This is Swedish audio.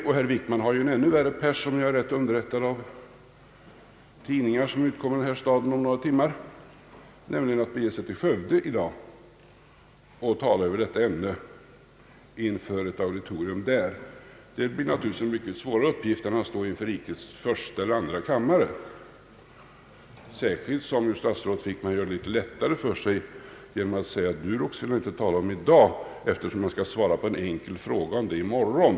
Om jag är rätt underrättad av tidningarna, har herr Wickman en ännu värre pärs att utstå i Skövde i dag, när han skall tala över detta ämne inför ett auditorium där. Det blir naturligtvis en mycket svårare uppgift än att stå inför riksdagens första eller andra kammare, särskilt som statsrådet Wickman gör det lättare för sig här i riksdagen genom att säga att han inte behöver tala om Durox i dag, eftersom han skall svara på en enkel fråga om det i morgon.